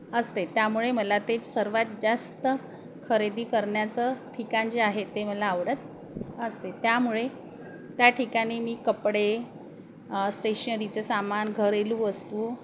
असते त्यामुळे मला तेच सर्वात जास्त खरेदी करण्याचं ठिकाण जे आहे ते मला आवडत असते त्यामुळे त्या ठिकाणी मी कपडे स्टेशनरीचं सामान घरेलू वस्तू